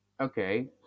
okay